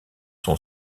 son